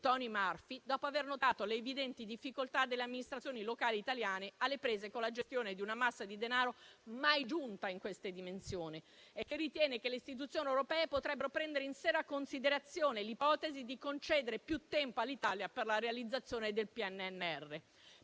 Ore» che, dopo aver notato le evidenti difficoltà delle amministrazioni locali italiane, alle prese con la gestione di una massa di denaro mai giunta in queste dimensioni, ritiene che le istituzioni europee potrebbero prendere in seria considerazione l'ipotesi di concedere più tempo all'Italia per la realizzazione del PNNR.